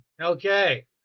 okay